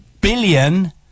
billion